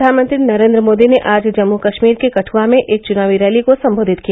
प्रधानमंत्री नरेन्द्र मोदी ने आज जम्मू कश्मीर के कठ्आ में एक चुनाव रैली को संबोधित किया